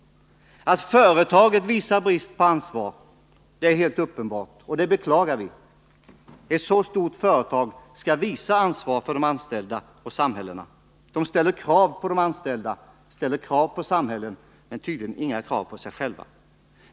Att företaget visar brist på ansvar är helt uppenbart — och det beklagar vi. Ett så stort företag skall visa ansvar för de anställda och för samhällena. Företaget ställer krav på de anställda och på samhällena men tydligen inga krav på sig självt.